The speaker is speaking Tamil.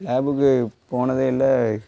லேபுக்கு போனதே இல்லை